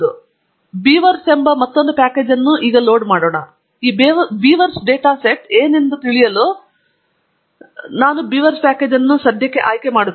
ಆದ್ದರಿಂದ ಬೀವರ್ಸ್ ಎಂಬ ಮತ್ತೊಂದು ಪ್ಯಾಕೇಜ್ ಅನ್ನು ಲೋಡ್ ಮಾಡೋಣ ಮತ್ತು ಈ ಬೀವರ್ಸ್ ಡೇಟಾ ಸೆಟ್ ಏನೆಂಬುದನ್ನು ತಿಳಿಯಲು ನಾವು ಸಹಾಯಕ್ಕಾಗಿ ಹಿಂದಿರುಗಿ ಬೀವರ್ನ ಪ್ಯಾಕೇಜ್ ಅನ್ನು ಆಯ್ಕೆ ಮಾಡುತ್ತೇವೆ